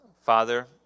Father